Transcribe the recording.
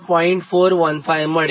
415 મળે